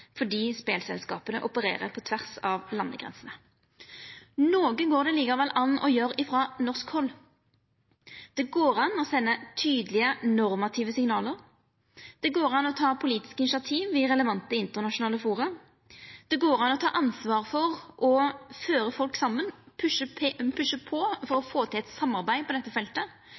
fordi spelselskapa opererer på tvers av landegrensene. Noko gjer det likevel an å gjera frå norsk hald. Det går an å senda tydelege normative signal. Det går an å ta politiske initiativ i relevante internasjonale forum. Det går an å ta ansvar for å føra folk saman, dytta på for å få til eit samarbeid på dette feltet,